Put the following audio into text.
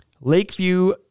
Lakeview